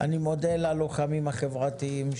אני מודה ללוחמים החברתיים,